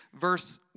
verse